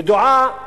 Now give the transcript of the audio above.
ידועה